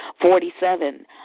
Forty-seven